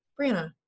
Brianna